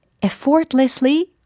effortlessly